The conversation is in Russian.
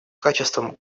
качестве